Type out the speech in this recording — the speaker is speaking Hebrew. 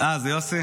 אה, זה יוסי?